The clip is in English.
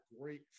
great